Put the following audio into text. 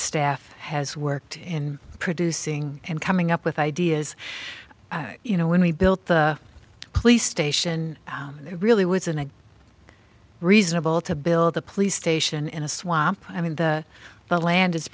staff has worked in producing and coming up with ideas you know when we built the police station it really was an egg reasonable to build a police station in a swamp i mean the land is